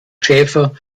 schäfer